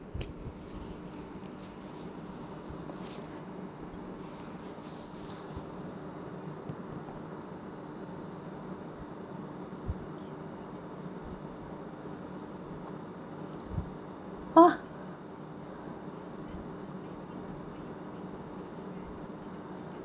ha